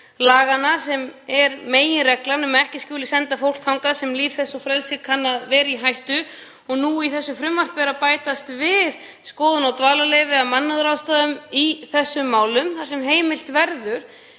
laganna, sem er meginreglan, um að ekki skuli senda fólk þangað sem líf þess og frelsi kann að vera í hættu. Og nú í þessu frumvarpi er að bætast við skoðun á dvalarleyfi af mannúðarástæðum í þessum málum þar sem heimilt verður